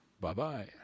Bye-bye